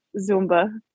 Zumba